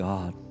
God